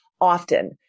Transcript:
often